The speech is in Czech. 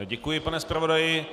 Děkuji, pane zpravodaji.